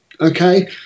Okay